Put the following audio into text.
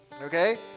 okay